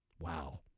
wow